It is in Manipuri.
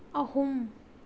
ꯑꯍꯨꯝ